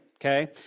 okay